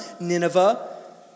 Nineveh